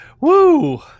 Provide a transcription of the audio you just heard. woo